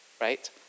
Right